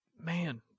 man